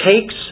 takes